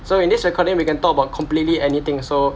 so in this recording we can talk about completely anything so